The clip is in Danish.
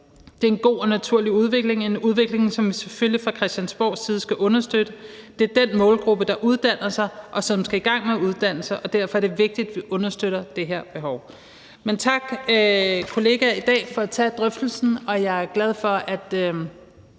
det er en god og naturlig udvikling, en udvikling, som vi selvfølgelig fra Christiansborgs side skal understøtte. Det er den målgruppe, der uddanner sig, og som skal i gang med at uddanne sig, og derfor er det vigtigt, at vi understøtter det her behov. Men tak, kollegaer, for at tage drøftelsen i dag, og jeg er glad for, at